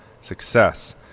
success